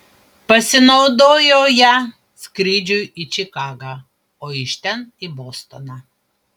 pasinaudojo ja skrydžiui į čikagą o iš ten į bostoną